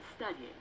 studying